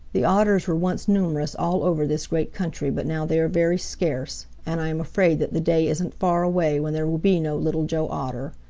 the otters were once numerous all over this great country, but now they are very scarce, and i am afraid that the day isn't far away when there will be no little joe otter.